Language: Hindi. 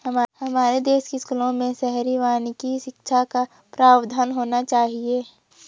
हमारे देश के स्कूलों में शहरी वानिकी शिक्षा का प्रावधान होना चाहिए